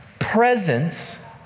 presence